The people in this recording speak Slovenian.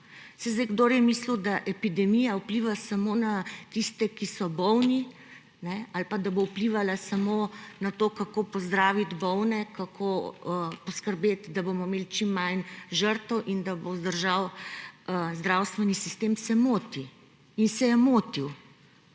imamo. Kdor je mislil, da epidemija vpliva samo na tiste, ki so bolni, ali pa bo vplivala samo na to, kako pozdraviti bolne, kako poskrbeti, da bomo imeli čim manj žrtev in da bo vzdržal zdravstveni sistem, se moti. In se je motil.